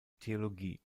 theologie